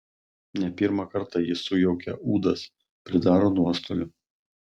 ne pirmą kartą jie sujaukia ūdas pridaro nuostolių